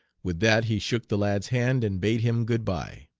with that he shook the lad's hand and bade him good-by.